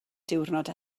diwrnod